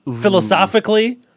Philosophically